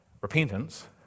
repentance